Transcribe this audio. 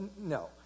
No